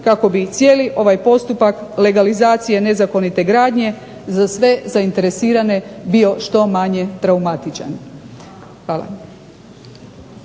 kako bi cijeli ovaj postupak legalizacije nezakonite gradnje za sve zainteresirane bio što manje traumatičan. Hvala.